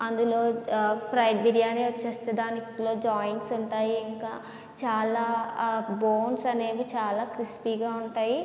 అందులో ఫ్రైడ్ బిర్యాని వచ్చేస్తే దానిలో జాయింట్స్ ఉంటాయి ఇంకా చాలా ఆ బోన్స్ అనేవి చాలా క్రిస్పీగా ఉంటాయి